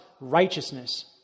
righteousness